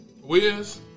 Wiz